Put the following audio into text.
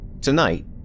Tonight